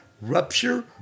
rupture